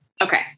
Okay